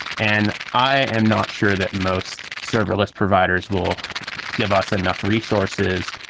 and i am not sure that most serverless providers will give us enough resources,